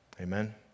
Amen